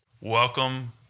Welcome